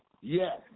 Yes